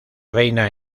reina